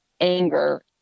anger